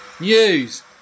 news